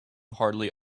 hardly